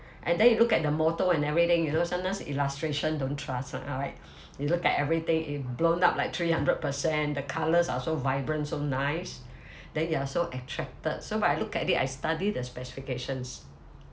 and then you look at the motor and everything you know sometimes illustration don't trust [one] alright you look at everything it blown up like three hundred percent the colours are so vibrant so nice then you're so attracted so but I look at the I study the specifications